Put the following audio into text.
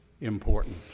important